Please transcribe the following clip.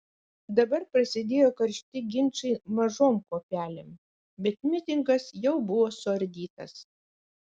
dabar prasidėjo karšti ginčai mažom kuopelėm bet mitingas jau buvo suardytas